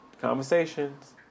conversations